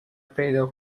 پیدا